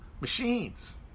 machines